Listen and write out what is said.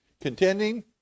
contending